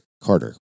Carter